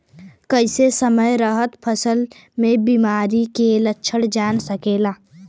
कइसे समय रहते फसल में बिमारी के लक्षण जानल जा सकेला?